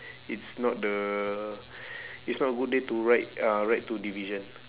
it's not the it's not a good day to ride uh ride to division